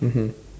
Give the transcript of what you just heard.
mmhmm